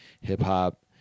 hip-hop